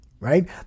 Right